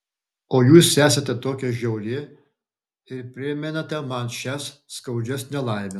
o jūs esate tokia žiauri ir primenate man šias skaudžias nelaimes